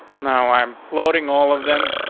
now i'm floating all of them.